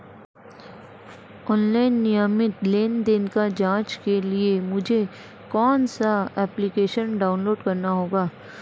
Online नियमित लेनदेन की जांच के लिए मुझे कौनसा एप्लिकेशन डाउनलोड करना होगा?